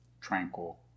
tranquil